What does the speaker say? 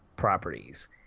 Properties